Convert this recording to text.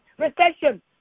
recession